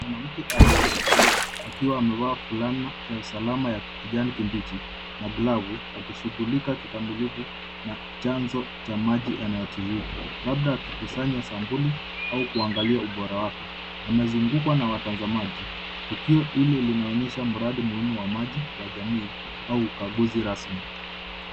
Mwanamke aliyejitolea, akiwa amevaa fulana ya usalama ya kijani kibichi, na glavu akishughulika kikamilifu na chanzo cha maji yanayotiririka, labda akikusanya sampuli au kuangalia ubora wake. Amezungukwa na watazamaji. Tukil hili linaonyesha mradi muhimu wa maji wa jamii au ukaguzi rasmi.